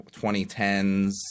2010s